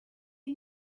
you